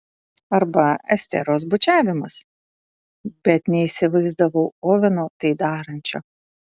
arba esteros bučiavimas bet neįsivaizdavau oveno tai darančio